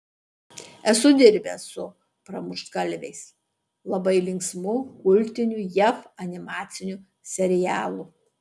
esu dirbęs su pramuštgalviais labai linksmu kultiniu jav animaciniu serialu